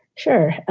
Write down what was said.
sure.